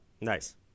Nice